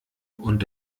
und